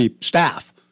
staff